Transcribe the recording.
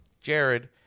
Jared